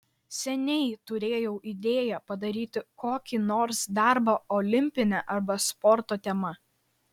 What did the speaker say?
seniai turėjau idėją padaryti kokį nors darbą olimpine arba sporto tema